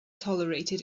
tolerated